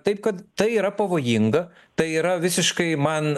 taip kad tai yra pavojinga tai yra visiškai man